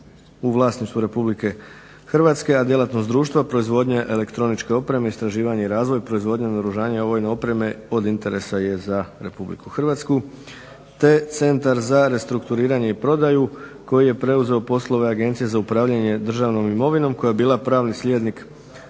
u vlasništvu RH, a djelatnost društva je proizvodnja elektroničke opreme, istraživanje i razvoj, proizvodnja naoružanja vojne opreme od interesa je za RH. Te Centar za restrukturiranje i prodaju koji je preuzeo poslove Agencije za upravljanje državnom imovinom koja je bila pravni sljednik